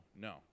no